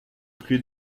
plus